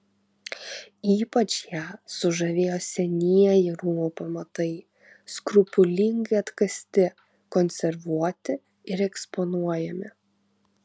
ypač ją sužavėjo senieji rūmų pamatai skrupulingai atkasti konservuoti ir eksponuojami